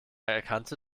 erkannte